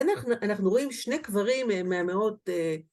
אנחנו רואים שני קברים מהמאות...